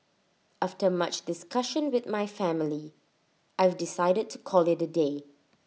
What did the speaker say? after much discussion with my family I've decided to call IT A day